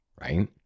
right